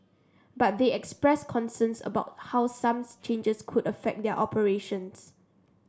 but they expressed concerns about how some changes could affect their operations